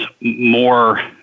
more